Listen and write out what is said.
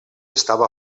estava